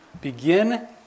begin